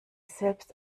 selbst